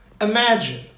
Imagine